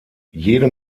jede